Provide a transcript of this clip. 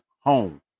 home